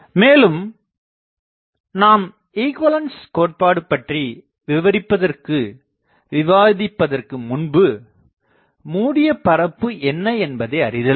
மேலும் நாம் ஈகுவலன்ஸ் கோட்பாடு பற்றி விவரிப்பதற்கு விவாதிப்பதற்கு முன்பு மூடிய பரப்பு என்ன என்பதை அறிதல் வேண்டும்